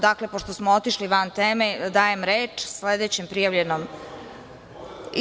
Dakle, pošto smo otišli van teme, dajem reč sledećem prijavljenom govorniku.